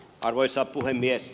arvoisa puhemies